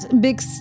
big